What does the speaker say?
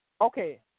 Okay